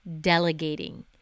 delegating